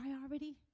priority